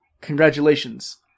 congratulations